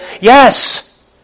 Yes